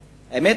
האמת,